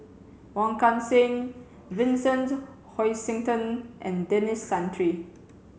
Wong Kan Seng Vincent Hoisington and Denis Santry